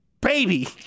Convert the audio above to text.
baby